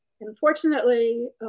Unfortunately